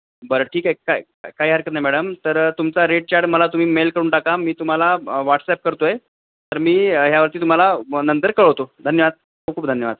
बरं ठीक आहे काय काही हरकत नाही मॅडम तर तुमचा रेट चाड मला तुम्ही मेल करून टाका मी तुम्हाला वॉट्सॲप करतो आहे तर मी ह्यावरती तुम्हाला ब नंतर कळवतो धन्यवाद खूप खूप धन्यवाद